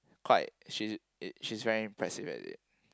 quite she it she is very impressive at it